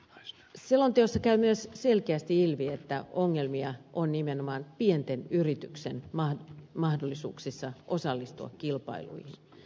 selonteosta käy myös selkeästi ilmi että ongelmia on nimenomaan pienten yritysten mahdollisuuksissa osallistua kilpailuihin